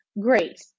great